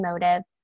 motive